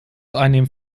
einnehmen